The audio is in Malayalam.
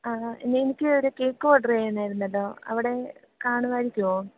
ആഹാ എനിക്ക് ഒരു കേക്ക് ഓഡറ് ചെയ്യാനായിരുന്നല്ലോ അവിടെ കാണുമായിരിക്കുമോ